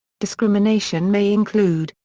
discrimination may include,